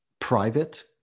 private